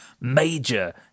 major